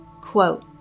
Quote